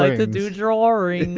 like to do drawings.